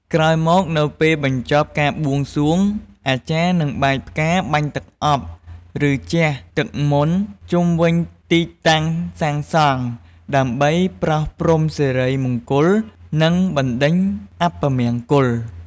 ក្រោយមកនៅពេលបញ្ចប់ការបួងសួង អាចារ្យនឹងបាចផ្កា បាញ់ទឹកអប់ ឬជះទឹកមន្តជុំវិញទីតាំងសាងសង់ ដើម្បីប្រោសព្រំសិរីមង្គល និងបណ្ដេញអពមង្គល។